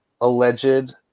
alleged